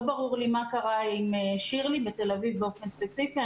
לא ברור לי מה קרה עם שירלי בתל אביב באופן ספציפי,